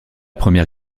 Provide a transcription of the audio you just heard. première